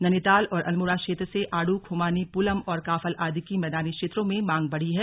नैनीताल और अल्मोड़ा क्षेत्र से आड़ू खुमानी पुलम और काफल आदि की मैदानी क्षेत्रों में मांग बढ़ी है